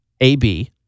AB